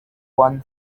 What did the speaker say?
one